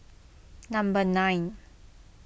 number nine